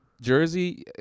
Jersey